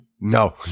No